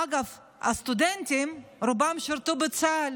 אגב, הסטודנטים, רובם שירתו בצה"ל,